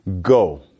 go